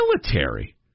Military